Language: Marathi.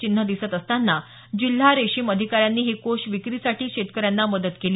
चिन्हे दिसत असताना जिल्हा रेशीम अधिकाऱ्यांनी हे कोष विक्रीसाठी शेतकऱ्यांना मदत केली